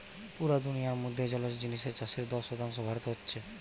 পুরা দুনিয়ার মধ্যে জলজ জিনিসের চাষের দশ শতাংশ ভারতে হচ্ছে